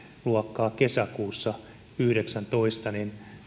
luokkaa kesäkuussa yhdeksäntoista niin